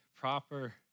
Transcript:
proper